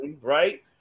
right